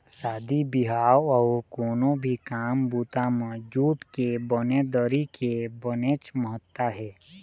शादी बिहाव अउ कोनो भी काम बूता म जूट के बने दरी के बनेच महत्ता हे